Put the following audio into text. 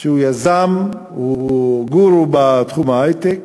שהוא יזם, הוא גורו בתחום ההיי-טק,